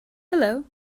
hello